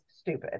stupid